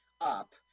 up